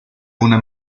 una